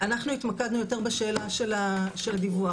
אנחנו התמקדנו יותר בשאלה של הדיווח.